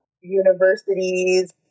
Universities